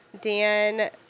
Dan